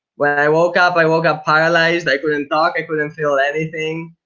when i woke up, i woke up paralyzed, i couldn't talk. i couldn't feel anything.